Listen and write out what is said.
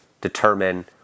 determine